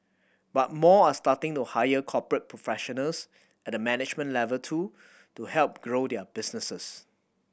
but more are starting to hire corporate professionals at the management level too to help grow their businesses